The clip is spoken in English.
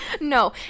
No